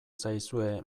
zaizue